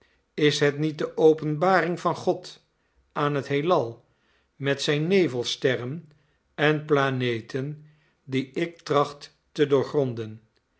is het niet de openbaring van god aan het heelal met zijn nevelsterren en planeten die ik tracht te doorgronden